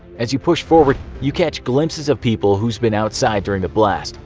as you push forward, you catch glimpses of people who'd been outside during the blast,